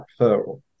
referral